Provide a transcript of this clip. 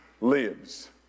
Lives